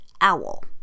owl